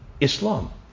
Islam